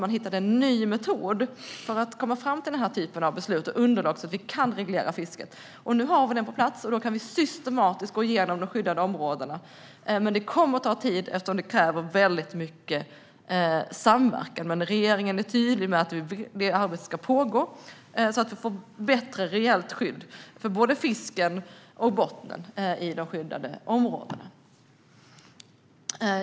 Man hittade en ny metod för att komma fram till den här typen av beslut och underlag så att vi kan reglera fisket. Nu har vi det på plats, så vi kan systematiskt gå igenom de skyddade områdena. Men det kommer att ta tid eftersom det kräver väldigt mycket samverkan. Men regeringen är tydlig med att detta arbete ska pågå, så att vi får ett bättre reellt skydd för både fisken och bottnarna i de skyddade områdena.